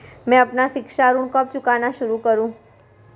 मैं अपना शिक्षा ऋण कब चुकाना शुरू करूँ?